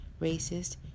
racist